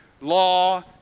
law